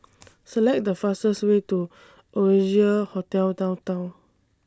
Select The fastest Way to Oasia Hotel Downtown